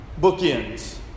bookends